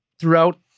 throughout